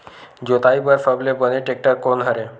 जोताई बर सबले बने टेक्टर कोन हरे?